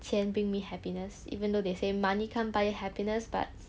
钱 bring me happiness even though they say money can't buy happiness but